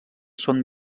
són